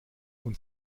und